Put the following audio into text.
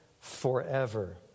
forever